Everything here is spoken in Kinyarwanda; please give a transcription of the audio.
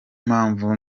mpamvu